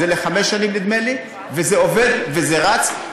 זה לחמש שנים, נדמה לי, וזה עובד, וזה רץ.